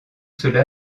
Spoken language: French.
cela